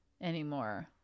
anymore